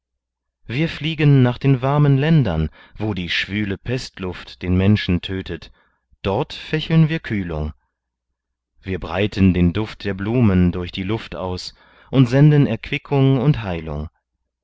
wir fliegen nach den warmen ländern wo die schwüle pestluft den menschen tötet dort fächeln wir kühlung wir breiten den duft der blumen durch die luft aus und senden erquickung und heilung